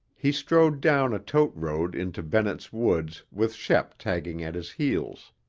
he strode down a tote road into bennett's woods with shep tagging at his heels.